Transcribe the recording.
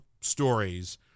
stories